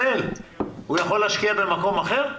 הוא יכול להשקיע במקום אחר?